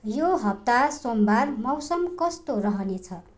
यो हप्ता सोमवार मौसम कस्तो रहनेछ